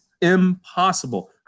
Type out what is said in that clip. impossible